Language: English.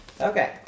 Okay